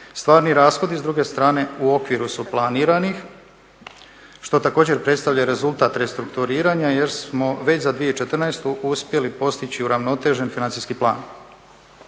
Stvarni rashodi s druge strane u okviru su planiranih što također predstavlja rezultat restrukturiranja jer smo već za 2014. uspjeli postići uravnotežen financijski plan.